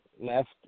left